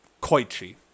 Koichi